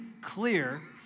clear